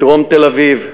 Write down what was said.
בדרום תל-אביב,